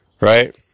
Right